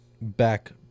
back